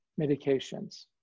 medications